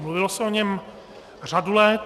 Mluvilo se o něm řadu let.